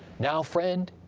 now friend,